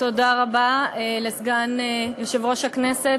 תודה רבה לסגן יושב-ראש הכנסת.